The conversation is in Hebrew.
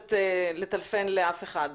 יכולת לטלפן לאף אחד.